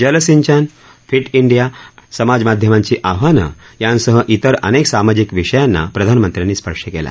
जलसिंचन fit India समाज माध्यमांची आव्हानं यासह इतर अनेक सामाजिक विषयांना प्रधानमंत्र्यांनी स्पर्श केला